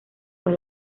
fue